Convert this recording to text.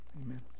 Amen